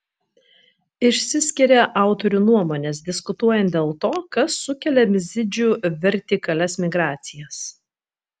išsiskiria autorių nuomonės diskutuojant dėl to kas sukelia mizidžių vertikalias migracijas